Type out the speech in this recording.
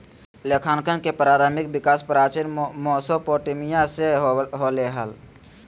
लेखांकन के प्रारंभिक विकास प्राचीन मेसोपोटामिया से होलय हल